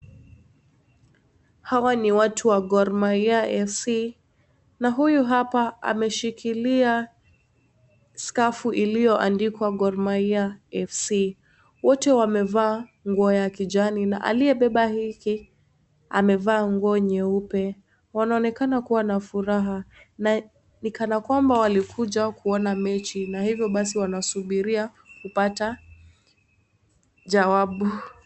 Hawa ni watu wa Gor Mahia FC.Na huyu hapa ameshikilia skafu iliyoandikwa Gor Mahia FC.Wote wamevaa nguo ya kijani na aliyebeba hiki amevaa nguo nyeupe. Wanaonekana kuwa na furaha na ni kana kwamba walikuja kuona mechi na ivo basi wanasubiria kupata jawabu.